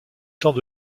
temps